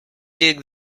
dig